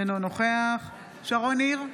אינו נוכח שרון ניר,